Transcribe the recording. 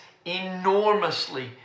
enormously